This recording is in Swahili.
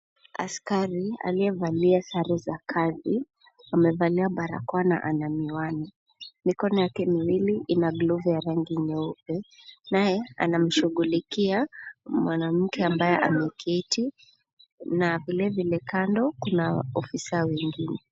Askari, aliyevalia sare za kazi, amevalia barakoa na ana miwani. Mikono yake miwili ina glovu ya rangi nyeupe, naye anamshughulikia mwanamke ambaye ameketi na vilevile kando kuna ofisa wengine.